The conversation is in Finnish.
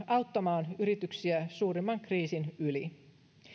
auttamaan yrityksiä suurimman kriisin yli